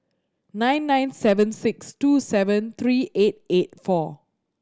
nine nine seven six two seven three eight eight four